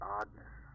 oddness